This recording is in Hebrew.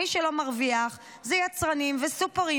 מי שלא מרוויח זה יצרנים וסופרים.